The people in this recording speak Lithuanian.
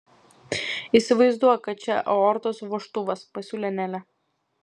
įsivaizduok kad čia aortos vožtuvas pasiūlė nelė